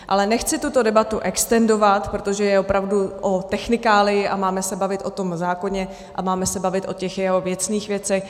Ale nechci tuto debatu extendovat, protože je opravdu o technikálii a máme se bavit o tom zákoně a máme se bavit o těch jeho věcných věcech.